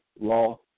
law